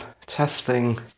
testing